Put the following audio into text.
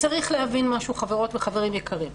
צריך להבין משהו, חברות וחברים יקרים,